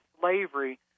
slavery